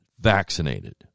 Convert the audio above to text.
vaccinated